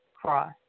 cross